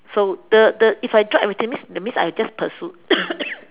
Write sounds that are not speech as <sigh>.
so the the if I drop everything means that means I just pursue <coughs>